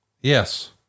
Yes